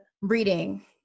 reading